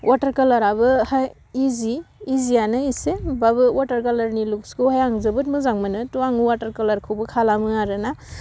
अवाटार खालाराबो हा इजि इजियानो एसे होमबाबो अवाटार खालारनि लुकसखौहाय आं जोबोद मोजां मोनो थह आं जोबोद मोजां मोनो थह आं अवाटार खालारखौबो खालामो आरो ना